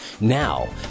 Now